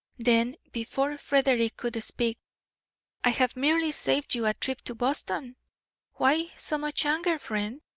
then, before frederick could speak i have merely saved you a trip to boston why so much anger, friend?